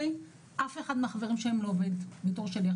אף אחד מהחברים שהם לא עובד בתור שליח